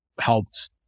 helped